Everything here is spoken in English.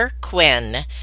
Quinn